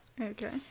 Okay